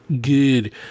good